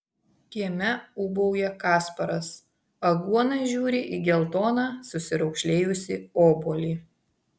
kieme ūbauja kasparas aguona žiūri į geltoną susiraukšlėjusį obuolį